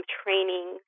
training